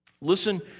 Listen